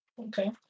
okay